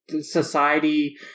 society